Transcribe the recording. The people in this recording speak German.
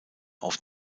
auf